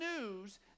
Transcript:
news